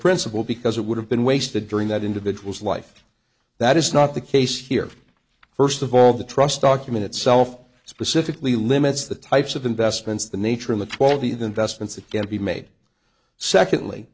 principal because it would have been wasted during that individual's life that is not the case here first of all the trust document itself specifically limits the types of investments the nature of the twelve the investments that can be made secondly